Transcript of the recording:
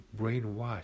brainwashed